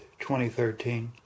2013